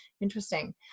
Interesting